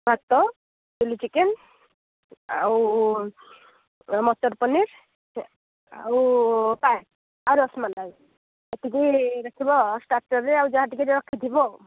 ଭାତ chilli chicken ଆଉ ମଟର ପନୀର୍ ଆଉ ପାସ୍ ଆଉ ରସମଲାଇ ଏତିକି ରଖିବ ଷ୍ଟାଟର୍ରେ ଆଉ ଯାହା ଯେମିତି ରଖିଥିବ ଆଉ